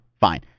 Fine